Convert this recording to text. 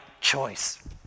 choice